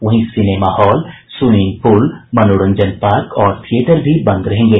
वहीं cinema hall swimming pool मनोरंजन park और थियेटर भी बंद रहेंगे